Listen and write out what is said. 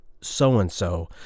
so-and-so